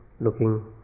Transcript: looking